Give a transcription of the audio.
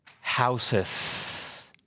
houses